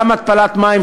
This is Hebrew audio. גם התפלת מים,